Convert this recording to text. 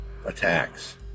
Attacks